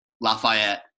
Lafayette